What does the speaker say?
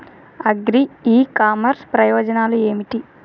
Agri e commerce ప్రయోజనాలు ఏమిటి?